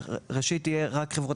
ראשית, יהיו רק חברות